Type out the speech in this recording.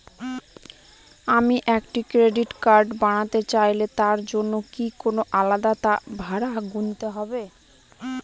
আমি একটি credit card বানাতে চাইলে তার জন্য কি কোনো আলাদা ভাড়া গুনতে হবে?